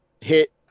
hit